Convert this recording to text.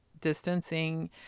distancing